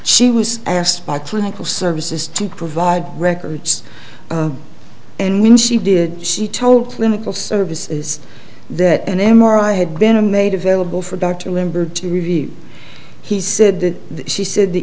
she was asked by clinical services to provide records and when she did she told clinical services that an m r i had been a made available for dr limbered to review he said that she said the